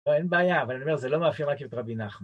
לא, אין בעיה, אבל אני אומר, זה לא מאפיין רק את רבי נחמן.